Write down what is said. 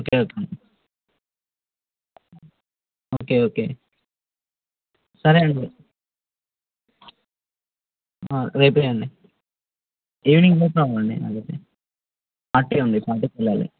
okay okay okay okay సరే అండి రేపే అండి ఈవినింగ్ పార్టీ ఉంది ఫార్టీకి వెళ్ళాలి